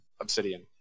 obsidian